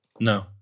No